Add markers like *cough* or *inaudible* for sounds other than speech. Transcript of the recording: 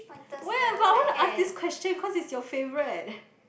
where but I wanna ask this question cause it's your favourite *breath*